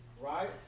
right